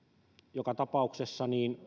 joka tapauksessa